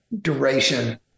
duration